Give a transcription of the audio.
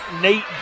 Nate